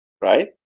right